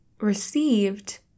received